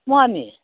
बबेनि